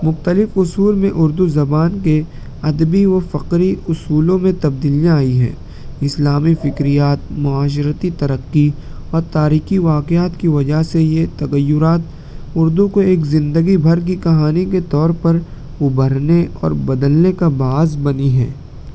مختلف اصول میں اردو زبان کے ادبی و فقری اصولوں میں تبدیلیاں آئی ہیں اسلامی فکریات معاشرتی ترقی اور تاریخی واقعات کی وجہ سے یہ تغیرات اردو کو ایک زندگی بھر کی کہانی کے طور پر ابھرنے اور بدلنے کا باعث بنی ہے